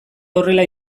horrela